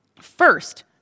First